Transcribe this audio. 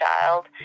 child